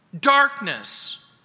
darkness